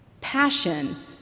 Passion